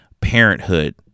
parenthood